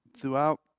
Throughout